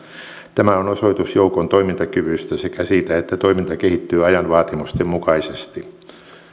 tämä on osoitus joukon toimintakyvystä sekä siitä että toiminta kehittyy ajan vaatimusten mukaisesti